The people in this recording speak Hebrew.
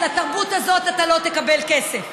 אז לתרבות הזאת אתה לא תקבל כסף.